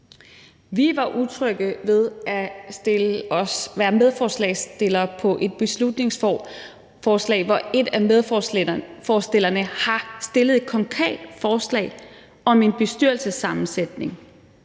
Vi var utrygge ved at være medforslagsstillere på et beslutningsforslag, hvor en af medforslagsstillerne har fremsat et konkret forslag om en bestyrelsessammensætning,